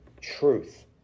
truth